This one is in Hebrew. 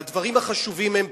והדברים החשובים הם,